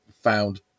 found